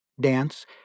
dance